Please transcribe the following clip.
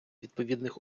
відповідних